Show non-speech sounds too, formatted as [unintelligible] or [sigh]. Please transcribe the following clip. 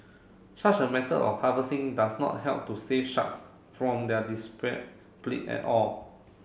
such a method of harvesting does not help to save sharks from their [unintelligible] at all